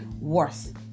worth